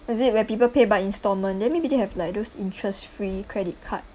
is it where people pay by installment then maybe they have like those interest free credit card